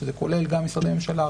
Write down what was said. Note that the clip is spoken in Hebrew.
שזה כולל גם משרדי ממשלה,